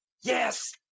Yes